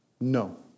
No